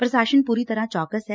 ਪ੍ਸਾਸਨ ਪੂਰੀ ਤਰ੍ਹਾ ਚੌਕਸ ਐ